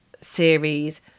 series